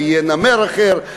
ויהיה נמר אחר.